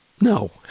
No